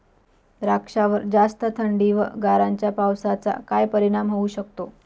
द्राक्षावर जास्त थंडी व गारांच्या पावसाचा काय परिणाम होऊ शकतो?